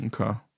Okay